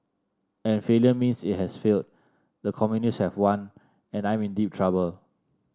and failure means it has failed the communists have won and I'm in deep trouble